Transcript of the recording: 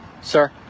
Sir